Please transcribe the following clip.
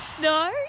No